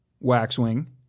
Waxwing